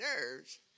nerves